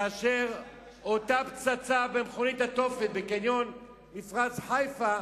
אותה פצצה במכונית התופת בקניון מפרץ-חיפה,